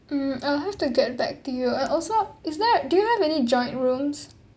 mm I'll have to get back to you and also is there do you have any joint rooms